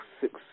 six